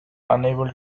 unable